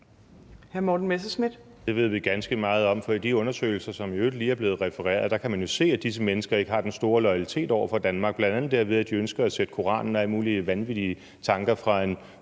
Morten Messerschmidt (DF): Det ved vi ganske meget om, for i de undersøgelser, som i øvrigt lige er blevet refereret, kan man jo se, at disse mennesker ikke har den store loyalitet over for Danmark, bl.a. derved, at de ønsker at sætte Koranen og alle mulige vanvittige tanker fra en